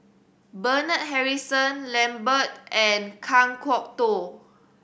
Bernard Harrison Lambert and Kan Kwok Toh